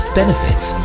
benefits